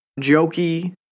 jokey